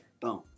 boom